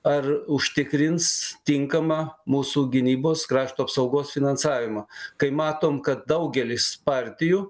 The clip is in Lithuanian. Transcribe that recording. ar užtikrins tinkamą mūsų gynybos krašto apsaugos finansavimą kai matom kad daugelis partijų